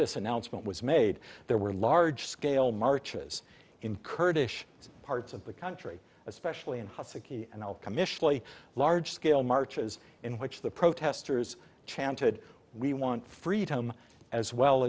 this announcement was made there were large scale marches in kurdish parts of the country especially in the key and i'll commission large scale marches in which the protesters chanted we want freedom as well